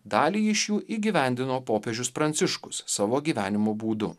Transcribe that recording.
dalį iš jų įgyvendino popiežius pranciškus savo gyvenimo būdu